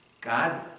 God